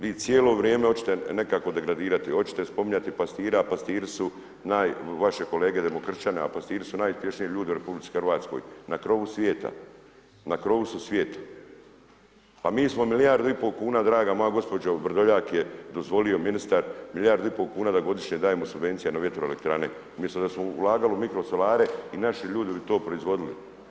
Vi cijelo vrijeme hoćete nekakao degradirati, hoćete spominjati pastira, a pastiri su naj, vaše kolege demokršćane, a pastiri su najuspješniji ljudi u RH, na krovu svijeta, na krovu su svijeta, a mi smo milijardu i pol kuna, draga moja gospođo, Vrdoljak je dozvolio, ministar, milijardu i pol kuna da godišnje dajemo subvencije na vjetroelektrane umjesto da smo ulagali u mikrosolare i naši ljudi bi to proizvodili.